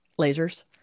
lasers